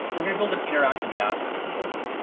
we're going to build an interactive dashboard for them.